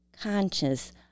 conscious